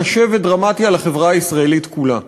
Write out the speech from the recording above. קשה ודרמטי על החברה הישראלית כולה.